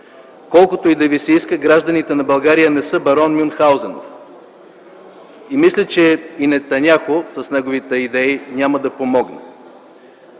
Колкото и да ви се иска, гражданите на България не са барон Мюнхаузен. Мисля, че и Нетаняху с неговите идеи няма да помогне.